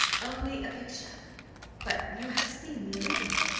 only a picture but you have seen the original?